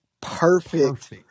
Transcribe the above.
perfect